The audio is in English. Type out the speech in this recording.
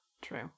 true